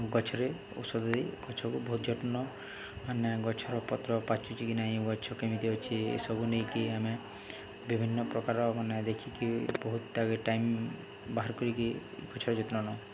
ଗଛରେ ଔଷଧ ଦେଇ ଗଛକୁ ବହୁତ ଯତ୍ନ ମାନେ ଗଛର ପତ୍ର ପାଚୁଛି କି ନାଇଁ ଗଛ କେମିତି ଅଛି ଏସବୁ ନେଇକି ଆମେ ବିଭିନ୍ନ ପ୍ରକାର ମାନେ ଦେଖିକି ବହୁତ ଟାଇମ୍ ବାହାର କରିକି ଗଛର ଯତ୍ନ ନେଉ